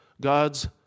God's